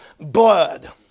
blood